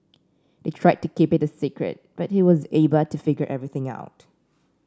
they tried to keep it a secret but he was able to figure everything out